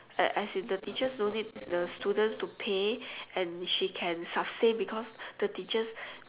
a~ as in the teachers no need the students to pay and she can sustain because the teachers